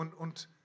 und